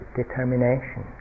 determination